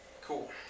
Cool